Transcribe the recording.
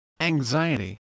anxiety